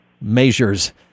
measures